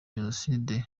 jenoside